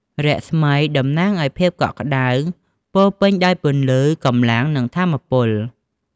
រស្មី តំណាង ឱ្យភាពកក់ក្តៅ ពោពេញដោយពន្លឺ កម្លាំង និងថាមពល។